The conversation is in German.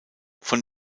von